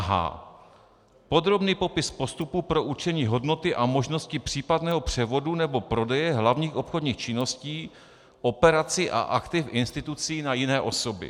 h) podrobný popis postupů pro určení hodnoty a možnosti případného převodu nebo prodeje hlavních obchodních činností, operací a aktiv instituce na jiné osoby,